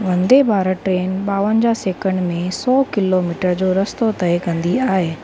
Vande Bharat train बांवजाह second में सौ किलोमीटर जो रस्तो तय कंदी आहे